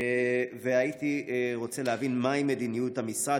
הייתי רוצה להבין מהי מדיניות המשרד,